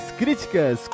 críticas